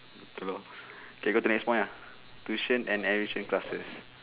hello okay go to next point ah tuition and enrichment classes